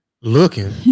Looking